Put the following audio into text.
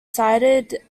cited